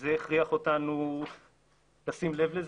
וזה הכריח אותנו לשים לב לזה.